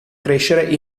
crescere